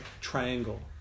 triangle